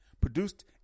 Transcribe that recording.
produced